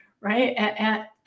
Right